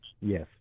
Yes